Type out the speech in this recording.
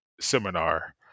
seminar